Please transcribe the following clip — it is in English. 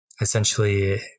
essentially